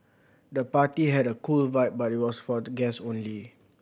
the party had a cool vibe but it was for guests only